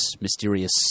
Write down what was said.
mysterious